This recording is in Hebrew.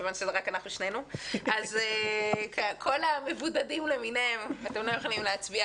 חברי הכנסת שמשתתפים בזום אינם יכולים להצביע.